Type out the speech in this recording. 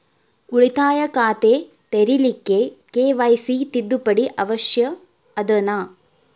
ಉಳಿತಾಯ ಖಾತೆ ತೆರಿಲಿಕ್ಕೆ ಕೆ.ವೈ.ಸಿ ತಿದ್ದುಪಡಿ ಅವಶ್ಯ ಅದನಾ?